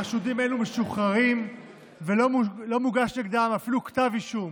חשודים אלו משוחררים ולא מוגש נגדם אפילו כתב אישום.